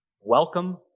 Welcome